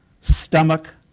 stomach